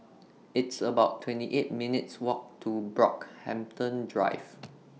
It's about twenty eight minutes Walk to Brockhampton Drive